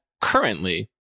currently